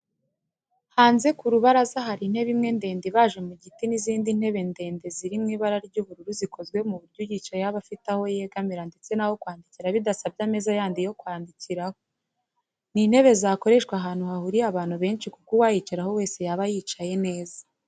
Hanze ku rubaraza hari intebe imwe ndende ibaje mu giti n'izinde ntebe ziri mu ibara ry'ubururu zikozwe ku buryo uyicayeho aba afite aho yegamira ndetse n'aho kwandikira bidasabye ameza yandi yo kwandikiraho. Ni intebe zakoreshwa ahantu hahuriye abantu benshi kuko uwayicaraho wese yaba yicaye neza